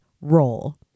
roll